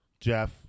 Jeff